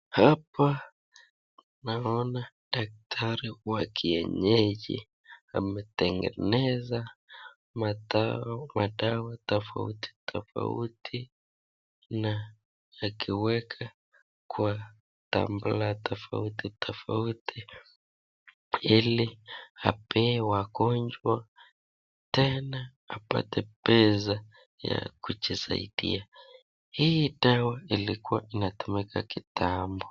Hapa naona daktri wa kienyeji ametengezea madawa tofauti tofauti na akiweka kwa tumbler tofauti tofauti ili apee wagonjwa tena apate pesa ya kujisaidia. Hii dawa ilikuwa inatumika kitambo.